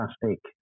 fantastic